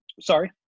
Sorry